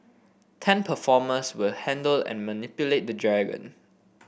ten performers will handle and manipulate the dragon